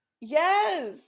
yes